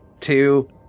two